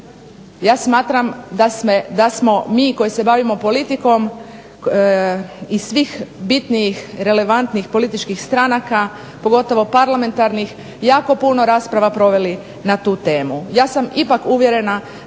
Ja smatram da smo mi koji se bavimo politikom iz svih bitnih relevantnih političkih stranaka pogotovo parlamentarnih jako puno rasprava proveli na tu temu. Ja sam ipak uvjerena da